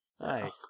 Nice